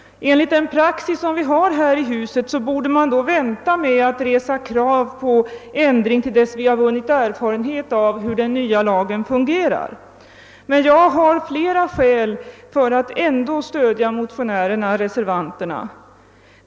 Enligt den praxis vi har här i huset borde man då vänta med att resa krav på ändring, tills vi har vunnit erfarenhet av hur den nya lagen fungerar. Men jag har flera skäl att ändå stödja motionärerna och reservanterna.